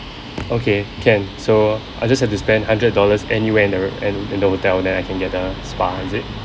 okay can so I just have to spend hundred dollars anywhere in the re~ in in the hotel then I can get a spa is it